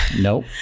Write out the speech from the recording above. Nope